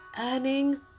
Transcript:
Earning